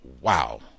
wow